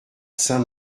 saint